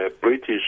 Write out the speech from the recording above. British